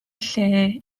lle